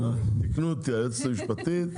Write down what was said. תיקנה אותי היועצת המשפטית,